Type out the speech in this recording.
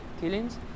killings